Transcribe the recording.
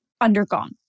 undergone